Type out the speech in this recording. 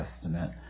Testament